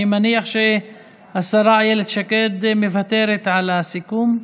אני מניח שהשרה אילת שקד מוותרת על הסיכום.